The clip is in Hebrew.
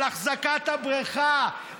על אחזקת הבריכה,